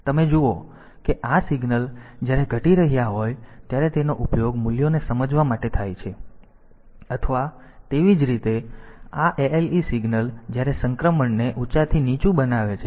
તેથી તમે જુઓ કે આ સિગ્નલ જ્યારે ઘટી રહ્યા હોય ત્યારે તેનો ઉપયોગ મૂલ્યોને સમજવા માટે થાય છે અથવા તેવી જ રીતે આ ALE સિગ્નલ જ્યારે સંક્રમણને ઊંચાથી નીચું બનાવે છે